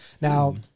Now